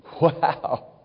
Wow